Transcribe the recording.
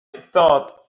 thought